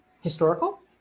historical